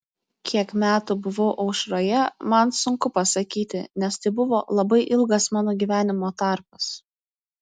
kiek metų buvau aušroje man sunku pasakyti nes tai buvo labai ilgas mano gyvenimo tarpas